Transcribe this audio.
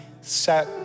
set